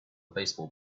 baseball